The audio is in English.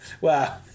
wow